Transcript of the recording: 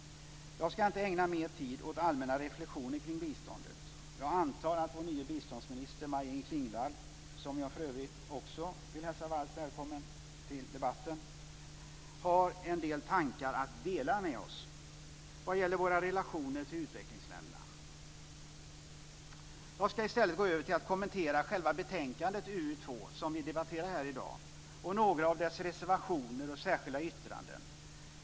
Jag ska inte ägna mer tid åt allmänna reflexioner kring biståndet. Jag antar att vår nya biståndsminister Maj-Inger Klingvall, som jag för övrigt vill hälsa varmt välkommen till debatten, har en del tankar att delge oss vad gäller våra relationer till utvecklingsländerna. Jag ska i stället gå över till att kommentera själva betänkandet UU2, som vi debatterar här i dag, och några av dess reservationer och särskilda yttranden.